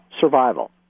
survival